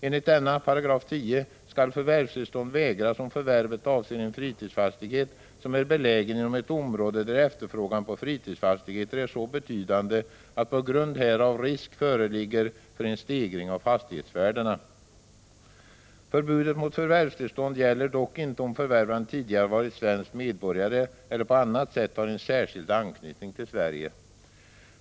Enligt denna skall förvärvstillstånd vägras om förvärvet avser en fritidsfastighet som är belägen inom ett område där efterfrågan på fritidsfastigheter är så betydande att på grund därav risk föreligger för en stegring av fastighetsvärdena. Förbudet mot förvärvstillstånd gäller dock inte om förvärvaren tidigare varit svensk medborgare eller på annat sätt har en särskild anknytning till Sverige.